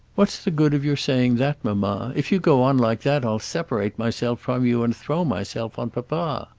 what's the good of your saying that, mamma? if you go on like that i'll separate myself from you and throw myself on papa.